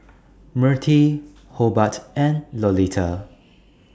Mirtie Hobart and Lolita